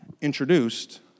introduced